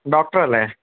ഡോക്ടറല്ലേ